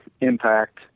impact